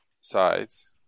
sides